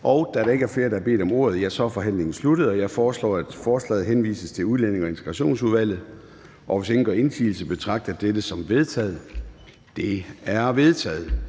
Da der ikke er flere, der har bedt om ordet, er forhandlingen sluttet. Jeg foreslår, at forslaget til folketingsbeslutning henvises til Udlændinge- og Integrationsudvalget. Hvis ingen gør indsigelse, betragter jeg dette som vedtaget. Det er vedtaget.